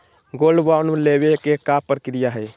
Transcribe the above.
Gold bond लेवे के का प्रक्रिया हई?